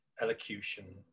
elocution